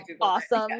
awesome